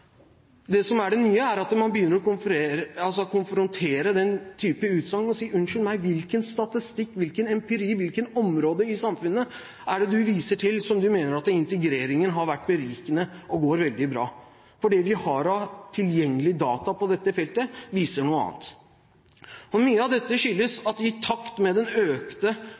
Det som er det nye, er at man begynner å konfrontere den typen utsagn og si: Unnskyld meg, hvilken statistikk, hvilken empiri, hvilket område i samfunnet er det du viser til hvor du mener at integreringen har vært berikende og går veldig bra? For det vi har av tilgjengelige data på dette feltet, viser noe annet. Mye av dette skyldes at i takt med den økte,